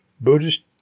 Buddhist